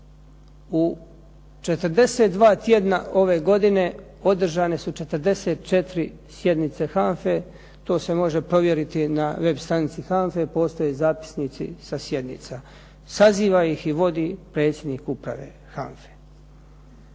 U 42 tjedna ove godine održane su 44 sjednice HANFA-e, to se može provjeriti na web stranici HANFA-e, postoje zapisnici sa sjednica. Saziva ih i vodi predsjednik Uprave HANFA-e.